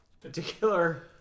particular